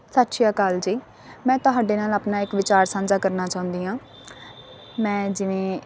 ਸਤਿ ਸ਼੍ਰੀ ਅਕਾਲ ਜੀ ਮੈਂ ਤੁਹਾਡੇ ਨਾਲ ਆਪਣਾ ਇੱਕ ਵਿਚਾਰ ਸਾਂਝਾ ਕਰਨਾ ਚਾਹੁੰਦੀ ਹਾਂ ਮੈਂ ਜਿਵੇਂ